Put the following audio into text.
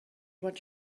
what